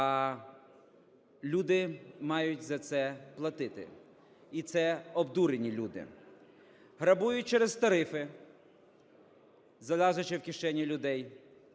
а люди мають за це платити, і це обдурені люди. Грабують через тарифи, залазячи в кишені людей,